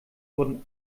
wurden